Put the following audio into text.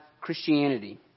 Christianity